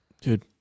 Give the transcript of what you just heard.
Dude